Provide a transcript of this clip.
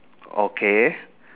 okay